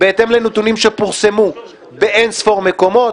-- בהתאם לנתונים שפורסמו באין ספור מקומות,